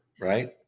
Right